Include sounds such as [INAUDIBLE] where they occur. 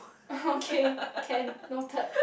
[LAUGHS] okay can noted